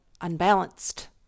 unbalanced